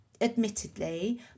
admittedly